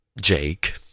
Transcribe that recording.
Jake